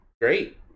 Great